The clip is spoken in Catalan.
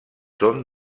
són